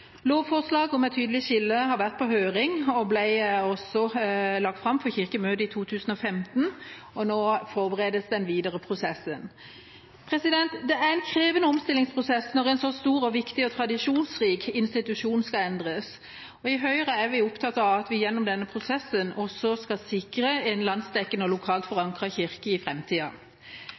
om et tydelig skille har vært på høring og ble også lagt fram for Kirkemøtet i 2015, og nå forberedes den videre prosessen. Det er en krevende omstillingsprosess når en så stor, viktig og tradisjonsrik institusjon skal endres. I Høyre er vi opptatt av at vi gjennom denne prosessen også skal sikre en landsdekkende og lokalt